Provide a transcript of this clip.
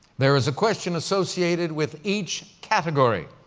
there is a question associated with each category.